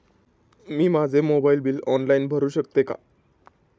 मी माझे mobile bill online भरू शकते का?